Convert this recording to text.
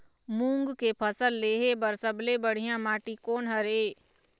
मूंग के फसल लेहे बर सबले बढ़िया माटी कोन हर ये?